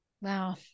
Wow